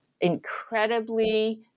incredibly